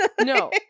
no